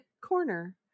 Corner